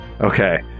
Okay